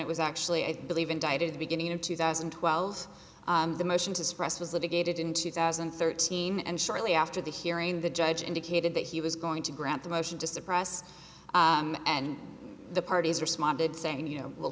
it was actually i believe indicted the beginning of two thousand and twelve the motion to suppress was litigated in two thousand and thirteen and shortly after the hearing the judge indicated that he was going to grant the motion to suppress and the parties responded saying you know w